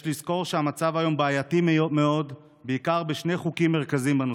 יש לזכור שהמצב היום בעייתי מאוד בעיקר בשני חוקים מרכזיים בנושא: